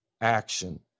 action